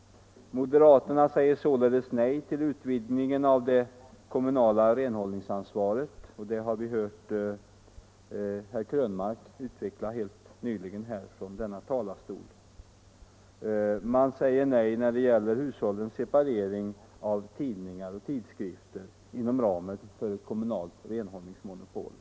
Moderaterna säger således nej till utvidgningen av det kommunala renhållningsansvaret — det ställningstagandet har vi helt nyss hört herr Krönmark utveckla från denna talarstol. Moderaterna säger också nej när det gäller hushållens separering av tidningar och tidskrifter inom ramen för ett kommunalt renhållningsmonopol.